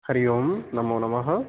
हरिओं नमोनमः